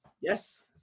Yes